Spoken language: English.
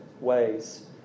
ways